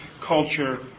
culture